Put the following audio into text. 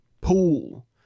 pool